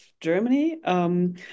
Germany